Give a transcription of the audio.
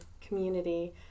community